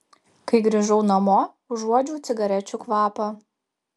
kai grįžau namo užuodžiau cigarečių kvapą